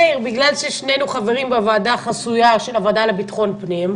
מאיר: בגלל ששנינו חברים בוועדה החסויה של הוועדה לביטחון פנים,